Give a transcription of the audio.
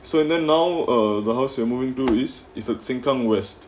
so and then now ah the house you're moving to is is at sengkang west